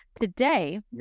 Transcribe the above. Today